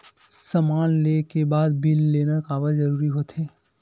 समान ले के बाद बिल लेना काबर जरूरी होथे?